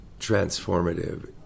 transformative